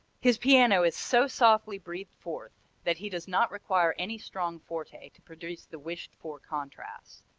his piano is so softly breathed forth that he does not require any strong forte to produce the wished for contrast.